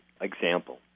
example